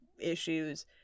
issues